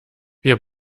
wir